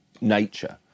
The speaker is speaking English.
nature